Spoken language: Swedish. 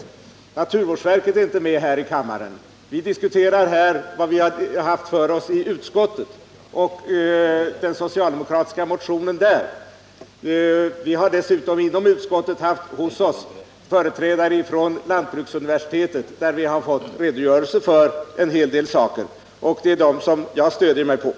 Men naturvårdsverket är inte med här i kammaren, utan vi diskuterar nu vad vi har haft för oss i utskottet i fråga om den socialdemokratiska motionen. Vi har inom utskottet haft hos oss företrädare från lantbruksuniversitetet och därvid fått redogörelse för en hel del frågor i det här sammanhanget, och det är detta jag stöder mig på.